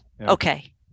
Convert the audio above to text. Okay